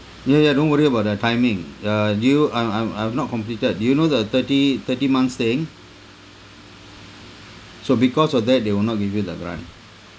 ya ya don't worry about the timing uh due I'm I'm I've not completed do you know the thirty thirty months thing so because of that they will not give you the grant